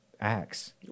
acts